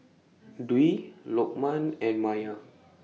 Dwi Lokman and Maya